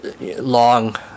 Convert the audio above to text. long